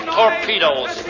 torpedoes